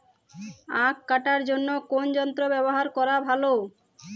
আঁখ কাটার জন্য কোন যন্ত্র ব্যাবহার করা ভালো?